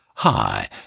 Hi